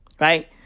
right